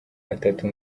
atatu